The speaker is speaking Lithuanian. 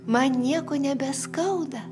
man nieko nebeskauda